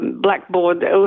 blackboard